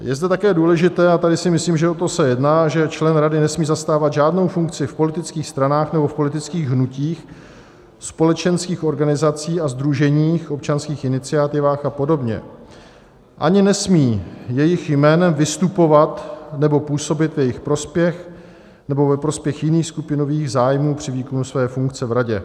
Je zde také důležité a tady si myslím, že o to se jedná že člen rady nesmí zastávat žádnou funkci v politických stranách nebo v politických hnutích, společenských organizacích a sdruženích, občanských iniciativách a podobně ani nesmí jejich jménem vystupovat nebo působit v jejich prospěch nebo ve prospěch jiných skupinových zájmů při výkonu své funkce v radě.